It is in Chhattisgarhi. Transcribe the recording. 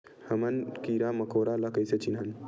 हमन कीरा मकोरा ला कइसे चिन्हन?